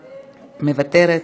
מוותרת,